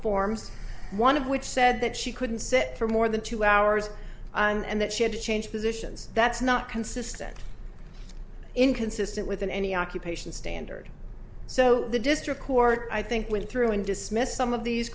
forms one of which said that she couldn't sit for more than two hours and that she had to change positions that's not consistent inconsistent with any occupation standard so the district court i think went through and dismissed some of these